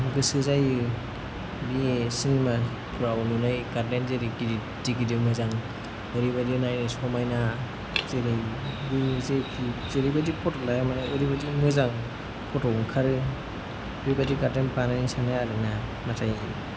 गोसो जायो बे सिनेमाफोराव नुनाय गार्डेन जेरै गिदिर गिदिर मोजां ओरैबादि नायनो समायना जेरै जेखि जेरैबादि फट' लाया मानो ओरैबादि मोजां फट' ओंखारो बेबादि गार्डेन बानायनो सानो आरोना नाथाय